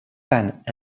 tant